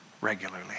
regularly